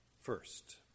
first